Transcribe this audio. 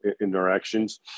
interactions